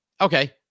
Okay